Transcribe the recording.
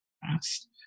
fast